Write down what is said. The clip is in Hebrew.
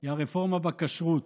היא הרפורמה בכשרות.